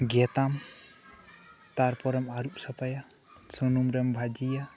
ᱜᱮᱛᱟᱢ ᱛᱟᱨ ᱯᱚᱨᱮᱢ ᱟᱹᱨᱩᱯ ᱥᱟᱯᱷᱟᱭᱟ ᱥᱩᱱᱩᱢ ᱨᱮᱢ ᱵᱷᱟᱹᱡᱤᱭᱟ